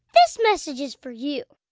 this message is for you